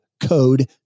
code